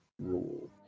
rule